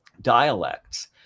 dialects